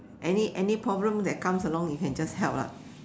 any any problem that comes along you can just help lah